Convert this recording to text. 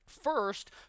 First